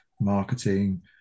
marketing